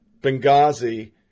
Benghazi